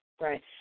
Right